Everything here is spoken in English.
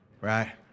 right